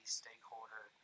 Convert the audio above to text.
stakeholder